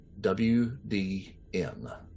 WDN